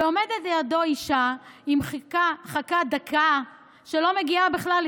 ועומדת לידו אישה עם חכה דקה שלא מגיעה בכלל,